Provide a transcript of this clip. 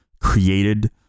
created